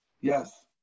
Yes